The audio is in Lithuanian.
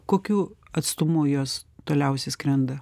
kokiu atstumu jos toliausiai skrenda